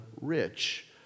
rich